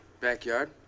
backyard